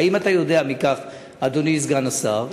האם אתה יודע מכך, אדוני סגן השר?